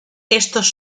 esos